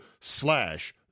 slash